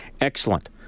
Excellent